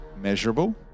measurable